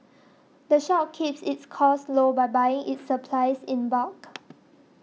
the shop keeps its costs low by buying its supplies in bulk